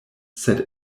sed